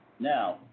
Now